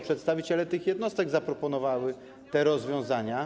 Przedstawiciele tych jednostek zaproponowali te rozwiązania.